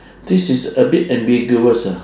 this is a bit ambiguous ah